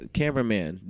cameraman